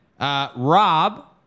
Rob